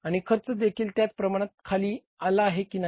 आणि खर्च देखील त्याच प्रमाणात खाली आला आहे की नाही